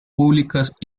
públicas